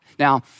Now